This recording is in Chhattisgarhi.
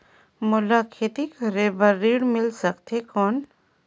मोला खेती करे बार ऋण मिल सकथे कौन?